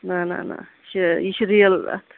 نہَ نہَ نہَ یہِ چھُ یہِ چھُ رِیَل اتھ